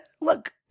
Look